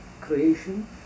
creation